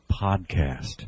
Podcast